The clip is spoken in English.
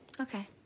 Okay